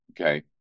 okay